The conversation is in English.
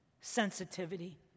Sensitivity